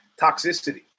toxicity